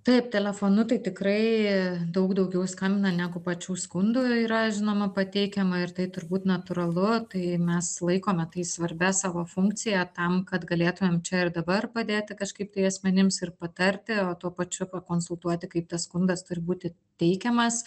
taip telefonu tai tikrai daug daugiau skambina negu pačių skundų yra žinoma pateikiama ir tai turbūt natūralu tai mes laikome tai svarbia savo funkcija tam kad galėtumėm čia ir dabar padėti kažkaip tai asmenims ir patarti o tuo pačiu pakonsultuoti kaip tas skundas turi būti teikiamas